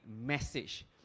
message